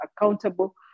accountable